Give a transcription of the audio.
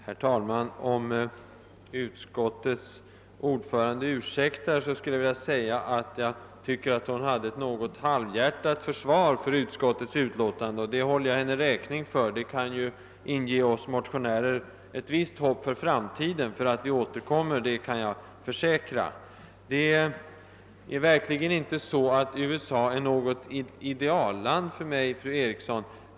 Herr talman! Utskottets ordförande presterade ett ganska halvhjärtat försvar för uskottets utlåtande, och det håller jag henne räkning för. Det kan inge oss motionärer ett visst hopp inför framtiden — jag kan försäkra att vi tänker återkomma. USA är verkligen inte något idealland för mig, fru Eriksson.